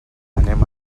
anem